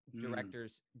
directors